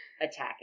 attacking